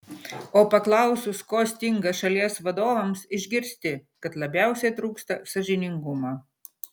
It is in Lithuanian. o paklausus ko stinga šalies vadovams išgirsti kad labiausiai trūksta sąžiningumo